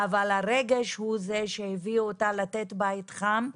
אבל הרגש הוא זה שהביא אותה לתת בית חם.